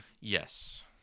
Yes